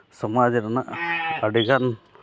ᱥᱚᱢᱟᱡᱽ ᱨᱮᱱᱟᱜ ᱟᱹᱰᱤᱜᱟᱱ